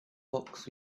box